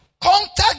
contact